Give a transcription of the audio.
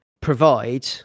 provide